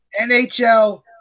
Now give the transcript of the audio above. NHL